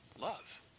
Love